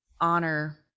honor